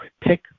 pick